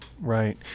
Right